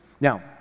Now